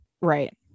right